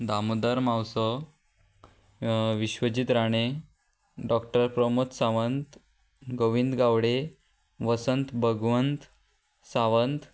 Damodar Mauzo Vishwajit Rane doctor Pramod Sawant Govind Gaude Vasant Bhagwant Sawant